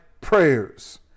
prayers